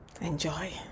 enjoy